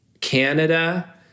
Canada